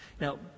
Now